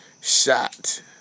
shot